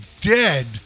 dead